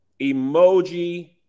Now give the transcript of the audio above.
Emoji